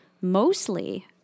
mostly